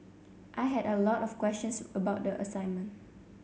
I had a lot of questions about the assignment